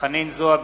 חנין זועבי,